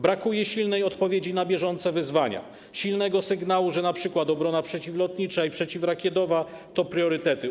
Brakuje silnej odpowiedzi na bieżące wyzwania, silnego sygnału, że np. obrona przeciwlotnicza i przeciwrakietowa to priorytety.